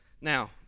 now